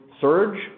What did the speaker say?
surge